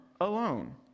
alone